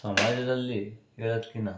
ಸಮಾಜದಲ್ಲಿ ಇರೋದ್ಕಿಂತ